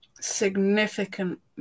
significant